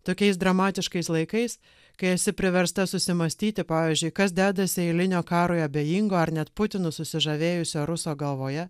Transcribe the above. tokiais dramatiškais laikais kai esi priversta susimąstyti pavyzdžiui kas dedasi eilinio karui abejingo ar net putinus susižavėjusio ruso galvoje